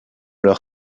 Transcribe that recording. leur